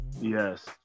Yes